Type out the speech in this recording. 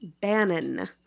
Bannon